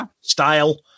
style